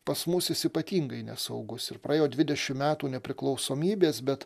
pas mus jis ypatingai nesaugus ir praėjo dvidešim metų nepriklausomybės bet